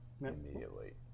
immediately